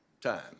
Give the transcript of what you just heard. time